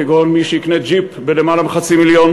כגון מי שיקנה ג'יפ ביותר מחצי מיליון